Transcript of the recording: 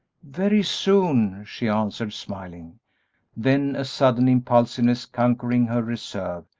very soon, she answered, smiling then, a sudden impulsiveness conquering her reserve,